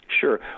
Sure